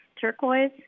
turquoise